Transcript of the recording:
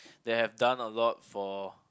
they have done a lot for